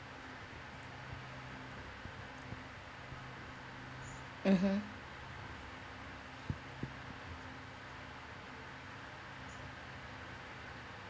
mmhmm